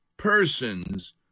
Persons